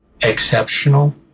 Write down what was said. exceptional